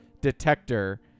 detector